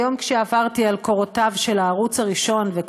היום כשעברתי על קורותיו של הערוץ הראשון ועל